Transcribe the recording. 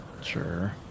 Sure